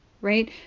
right